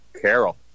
Carol